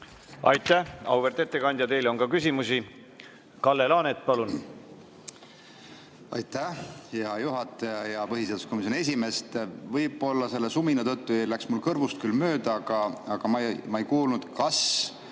Aitäh, auväärt ettekandja! Teile on ka küsimusi. Kalle Laanet, palun! Aitäh, hea juhataja! Hea põhiseaduskomisjoni esimees! Võib-olla selle sumina tõttu läks mul kõrvust mööda, aga ma ei kuulnud, kas